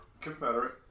Confederate